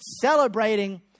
celebrating